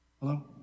Hello